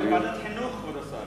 ועדת החינוך, כבוד השר.